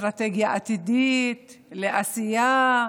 לאסטרטגיה עתידית, לעשייה,